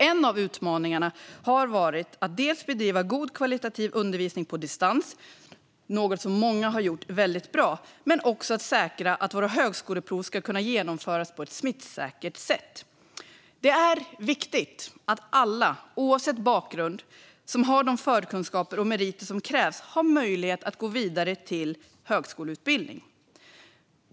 En av utmaningarna har varit att dels bedriva god, högkvalitativ undervisning på distans, något som många har gjort väldigt bra, dels att säkra att våra högskoleprov ska kunna genomföras på ett smittsäkert sätt. Det är viktigt att alla, oavsett bakgrund, som har de förkunskaper och meriter som krävs har möjlighet att gå vidare till högskoleutbildning.